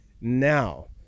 now